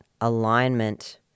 alignment